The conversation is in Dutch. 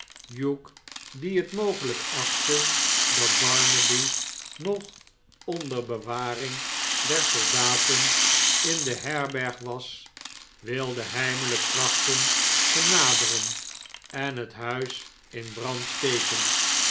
die het mogelijk achtte dat barnaby nog onder bewaring der soldaten in de herberg was wilde heimelijk trachten te naderen en het huis in brand steken